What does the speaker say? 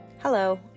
Hello